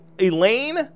Elaine